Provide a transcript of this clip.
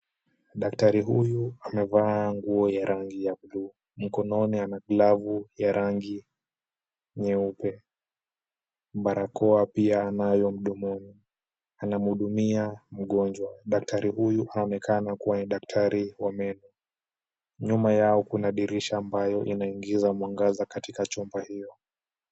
Daktari huyu amevaa nguo ya rangi ya blue . Mkononi ana glavu ya rangi nyeupe. Barakoa pia anayo mdomoni. Anamhudumia mgonjwa. Daktari huyu amekaa na kuwa daktari wa meno. Nyuma yao kuna dirisha ambayo inaingiza mwangaza katika chumba hiyo.